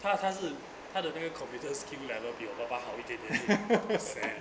他他是他的那个 computer skill level 比我爸爸好一点点 oh sad